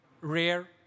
rare